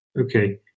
Okay